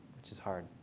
which is hard.